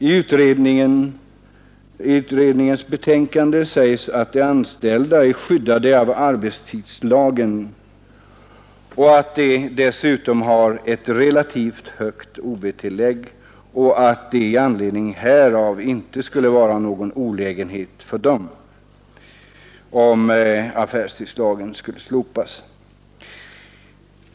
I utredningens betänkande sägs att de anställda är skyddade av arbetstidslagen och att de dessutom har ett relativt högt ob-tillägg, varför det inte skulle vara någon olägenhet för dem om affärstidslagen slopades.